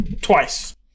twice